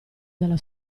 della